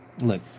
Look